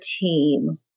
team